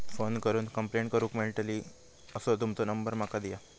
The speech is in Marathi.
फोन करून कंप्लेंट करूक मेलतली असो तुमचो नंबर माका दिया?